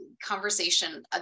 conversation